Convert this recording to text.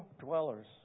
dwellers